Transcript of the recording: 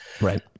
Right